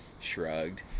Shrugged